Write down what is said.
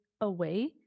away